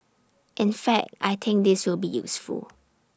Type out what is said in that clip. in fact I think this will be useful